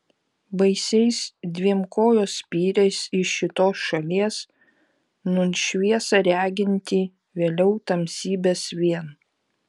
baisiais dviem kojos spyriais iš šitos šalies nūn šviesą regintį vėliau tamsybes vien